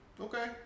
okay